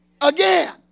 Again